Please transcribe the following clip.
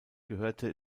gehörte